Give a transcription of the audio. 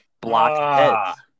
Blockheads